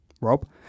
Rob